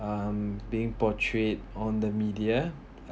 um being portrait on the media